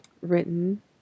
written